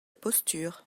posture